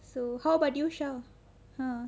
so how about you sher